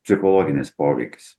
psichologinis poveikis